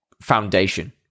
foundation